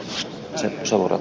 jos suora